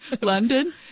London